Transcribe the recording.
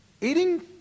eating